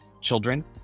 children